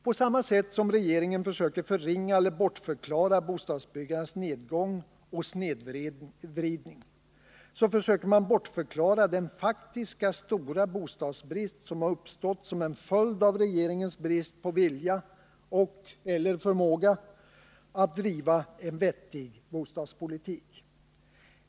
På samma sätt som regeringen försöker förringa eller bortförklara bostadsbyggandets nedgång och snedvridning försöker man bortförklara den faktiska stora bostadsbrist som uppstått som en följd av regeringens brist på vilja och/eller förmåga att driva en vettig bostadspolitik.